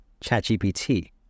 ChatGPT